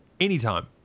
anytime